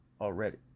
already